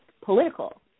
political